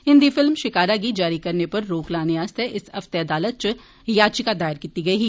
Hindi film Shikara गी जारी करने पर रोक लाने आस्तै इस हफ्तै अदालत च याचिका दायर कीती गेई ही